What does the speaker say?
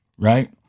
Right